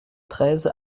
treize